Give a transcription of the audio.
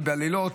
ובלילות,